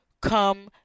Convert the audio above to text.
Come